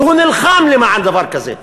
שנלחם למען דבר כזה.